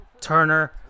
Turner